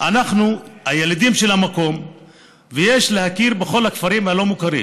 אנחנו הילידים של המקום ויש להכיר בכל הכפרים הלא-מוכרים.